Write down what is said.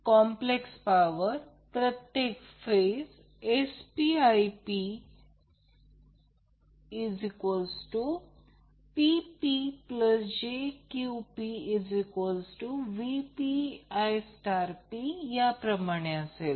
complex power प्रत्येक phase SpPpjQpVpIp याप्रमाणे असेल